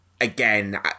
again